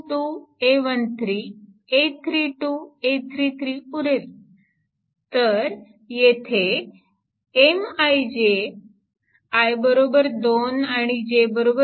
तर येथे M I j i 2 आणि j 1